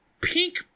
pink